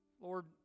Lord